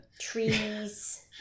Trees